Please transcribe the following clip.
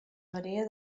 maria